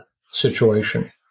situation